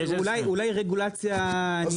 אולי רגולציה.